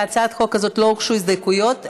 להצעת החוק הזאת לא הוגשו הסתייגויות,